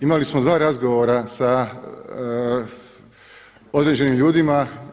Imali smo dva razgovora sa određenim ljudima.